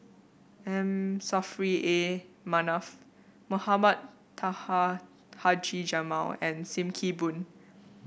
M Saffri A Manaf Mohamed Taha Haji Jamil and Sim Kee Boon